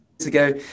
ago